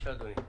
בבקשה אדוני.